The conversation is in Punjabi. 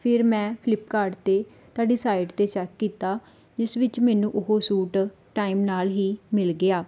ਫਿਰ ਮੈਂ ਫਲਿੱਪਕਾਰਟ 'ਤੇ ਤੁਹਾਡੀ ਸਾਈਟ 'ਤੇ ਚੈੱਕ ਕੀਤਾ ਜਿਸ ਵਿੱਚ ਮੈਨੂੰ ਉਹ ਸੂਟ ਟਾਈਮ ਨਾਲ ਹੀ ਮਿਲ ਗਿਆ